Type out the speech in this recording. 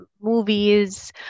movies